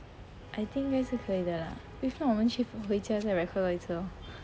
I think 应该是可以的 lah if not 我们去回家再 record 多一次 lor